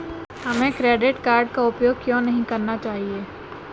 हमें credit card का उपयोग क्यों नहीं करना चाहिए?